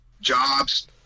jobs